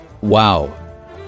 wow